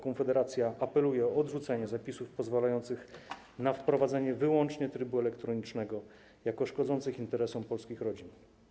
Konfederacja apeluje o odrzucenie zapisów pozwalających na wprowadzenie wyłącznie trybu elektronicznego jako szkodzących interesom polskich rodzin.